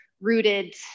rooted